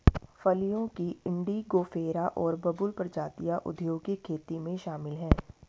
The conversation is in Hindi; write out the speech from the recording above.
फलियों की इंडिगोफेरा और बबूल प्रजातियां औद्योगिक खेती में शामिल हैं